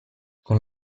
con